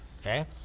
Okay